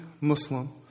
Muslim